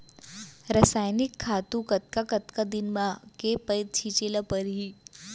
रसायनिक खातू कतका कतका दिन म, के पइत छिंचे ल परहि?